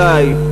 אולי,